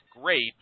great